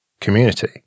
community